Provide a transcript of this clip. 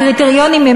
זה הקריטריונים.